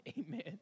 amen